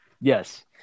yes